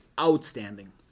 outstanding